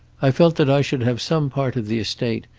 i felt that i should have some part of the estate,